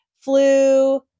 flu